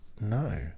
No